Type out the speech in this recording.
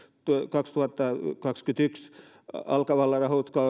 kaksituhattakaksikymmentäyksi alkavalla